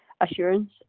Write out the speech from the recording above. assurance